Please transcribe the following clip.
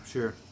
Sure